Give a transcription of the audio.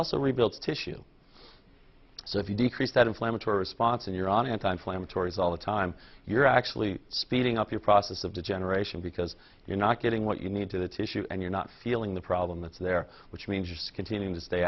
also rebuilds tissue so if you decrease that inflammatory response and you're on anti inflammatories all the time you're actually speeding up your process of degeneration because you're not getting what you need to the tissue and you're not feeling the problem it's there which means just containing to stay